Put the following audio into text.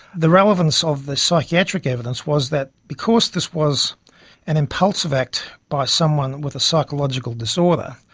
the relevance of the psychiatric evidence was that because this was an impulsive act by someone with a psychological disorder,